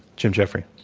jim jeffrey.